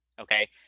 okay